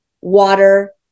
water